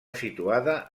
situada